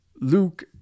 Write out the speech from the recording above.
Luke